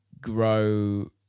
grow